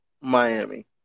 Miami